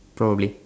probably